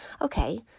Okay